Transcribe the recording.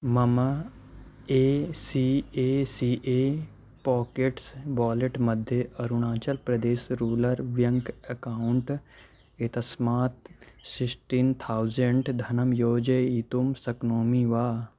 मम A C A C A pockets wallet मध्ये Arunachal Pradesh rural bank account एतस्मात् sixteen thousand धनं योजयितुं शक्नोमि वा